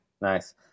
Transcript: Nice